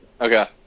Okay